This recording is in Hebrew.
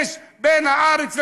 בין הארץ לשמיים.